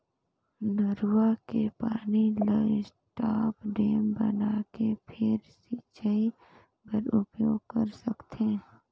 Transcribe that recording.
नरूवा के पानी ल स्टॉप डेम बनाके फेर सिंचई बर उपयोग कर सकथे